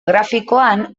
grafikoan